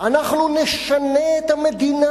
אנחנו נשנה את המדינה,